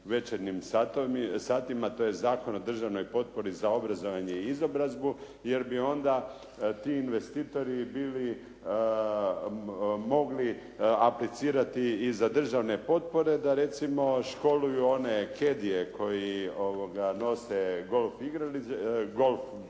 večernjim satima. To je Zakon o državnoj potpori za obrazovanje i izobrazbu, jer bi onda ti investitori bili mogli aplicirati i za državne potpore, da recimo školuju one kedije koji nose golf palice